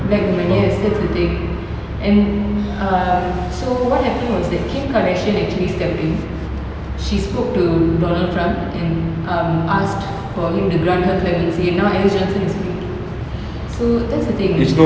black woman yes that's the thing and um so what happened was that kim kardashian actually stepped in she spoke to donald trump and um asked for him to grant her clemency and now alice johnson is free so that's the thing